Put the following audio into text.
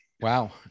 Wow